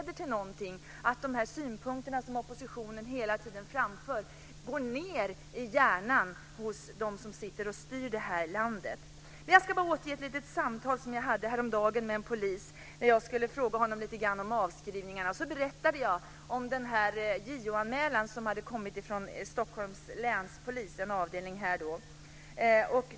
De synpunkter som oppositionen hela tiden framför kanske leder till någonting. De kanske tränger in i hjärnorna hos dem som styr detta land. Jag ska återge ett samtal som jag hade häromdagen med en polis. Jag frågade honom lite grann om avskrivningarna. Jag berättade om den JO-anmälan som hade kommit från en avdelning hos polisen i Stockholms län.